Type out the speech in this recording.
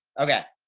okay.